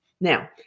Now